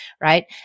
right